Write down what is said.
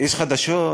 יש חדשות.